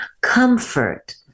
comfort